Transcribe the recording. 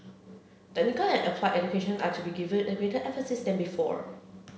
technical and applied education are to be given greater emphasis than before